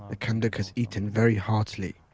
the kanduk has eaten very heartily.